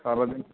সারাদিন